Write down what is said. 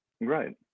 Right